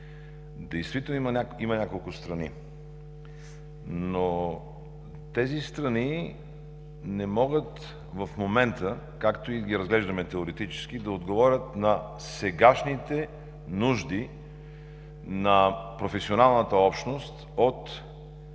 действително има няколко страни. Но тези страни не могат в момента, както и да ги разглеждаме теоретически, да отговорят на сегашните нужди на професионалната общност от